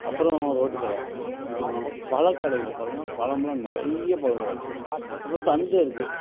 அப்புறோம் ரோட்டுக்கடை பழக்கடைகள பாருங்க பழம்லாம் நிறைய பழக்கடையிருக்கு அப்புறோம் சந்தைருக்கு